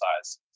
size